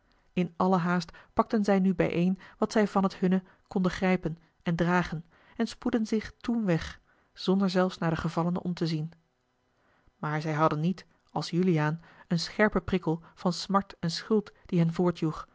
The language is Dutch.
in alle haast pakten zij nu bijeen wat zij van het hunne konden grijpen en dragen en spoedden zich toen weg zonder zelfs naar den gevallene om te zien a l g bosboom-toussaint de delftsche wonderdokter eel aar zij hadden niet als juliaan een scherpen prikkel van smart en schuld die hen voortjoeg